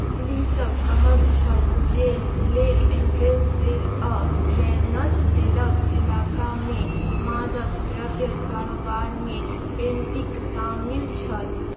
पुलिसके कहब छल जे लेक एन्ट्रेन्स सेल आओर बैरन्सडेलके इलाकामे मादक द्रव्यके कारोबारमे पेन्टिक शामिल छल